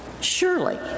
surely